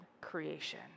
creation